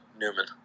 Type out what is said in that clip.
Newman